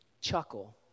chuckle